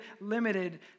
limited